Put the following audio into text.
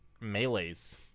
melees